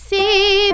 See